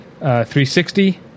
360